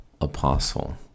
apostle